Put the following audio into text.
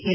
L